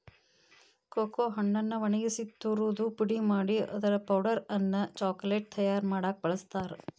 cocoa ಹಣ್ಣನ್ನ ಒಣಗಿಸಿ ತುರದು ಪುಡಿ ಮಾಡಿ ಅದರ ಪೌಡರ್ ಅನ್ನ ಚಾಕೊಲೇಟ್ ತಯಾರ್ ಮಾಡಾಕ ಬಳಸ್ತಾರ